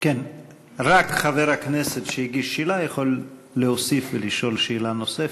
רק חבר הכנסת שהגיש שאלה יכול להוסיף ולשאול שאלה נוספת.